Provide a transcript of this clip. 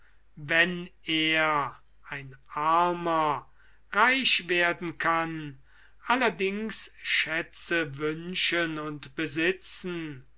wenn er ein armer reich werden kann allerdings schätze wünschen und besitzen